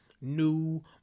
new